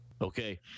Okay